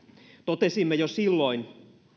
totesimme jo silloin